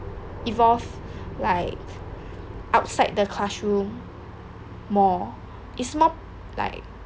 evolve like outside the classroom more it's more like